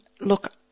Look